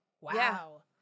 wow